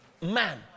man